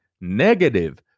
negative